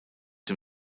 dem